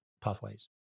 pathways